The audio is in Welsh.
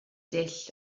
dull